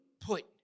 put